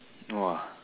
!wah!